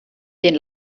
den